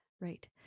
right